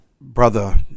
brother